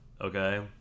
Okay